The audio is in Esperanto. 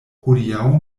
hodiaŭ